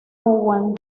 owen